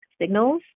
signals